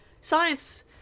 science